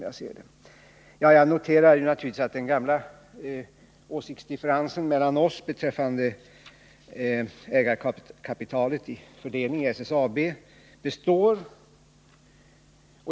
Jag noterar naturligtvis att den gamla åsiktsdifferensen mellan oss beträffande fördelningen av ägarkapitalet i SSAB består.